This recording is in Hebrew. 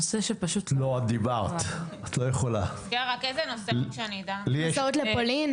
על סדר-היום: היערכות מערכת החינוך לשוק